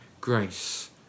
grace